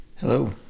hello